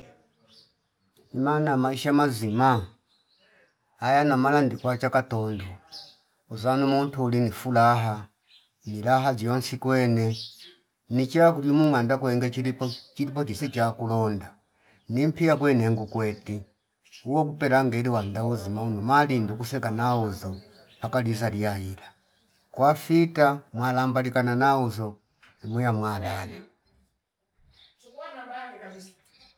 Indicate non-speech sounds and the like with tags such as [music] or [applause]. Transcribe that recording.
Imaana ya maisha mazima aya namana ndikwa chaka tondo uzanu muntu uli ni fulaha ni laha ziyonsi kwene nicha kulim manda kwenge chilipo, chilipo chisi chakulonda nimpia kwene ngukweti uwo kupela ngeli wanda uzima unuma malindu use kanawozu akaliza liyailu kwafika mwalamba likanana uzo umuya mwandana [noise]